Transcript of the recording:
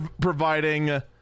providing